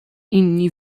inni